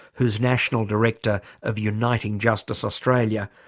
who's national director of uniting justice australia,